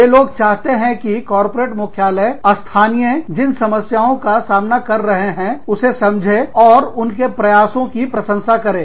वे लोग चाहते हैं कि कारपोरेट मुख्यालय स्थानीय जिन समस्याओं का सामना कर रहे हैं उसे समझे और उनके प्रयासों की प्रशंसा करें